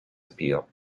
appeal